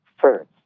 first